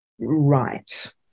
right